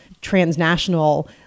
transnational